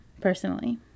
personally